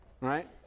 Right